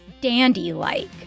dandy-like